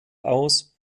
aus